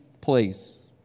place